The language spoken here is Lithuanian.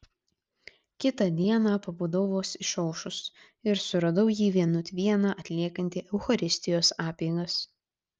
kitą dieną pabudau vos išaušus ir suradau jį vienut vieną atliekantį eucharistijos apeigas